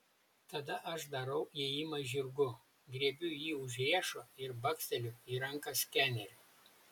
tada aš darau ėjimą žirgu griebiu jį už riešo ir baksteliu į ranką skeneriu